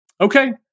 Okay